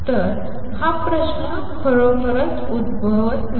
तर हा प्रश्न खरोखरच उद्भवत नाही